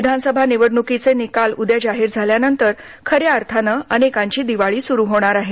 विधानसभा निवडण्कीचे निकाल उद्या जाहीर झाल्यानंतर खऱ्या अर्थाने अनेकांची दिवाळी सुरू होणार आहे